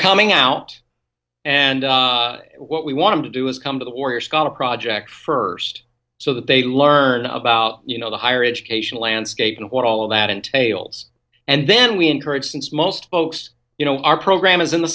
coming out and what we want to do is come to the warrior scott a project first so that they learn about you know the higher education landscape and what all of that entails and then we encourage since most folks you know our program is in the